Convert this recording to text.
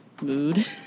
mood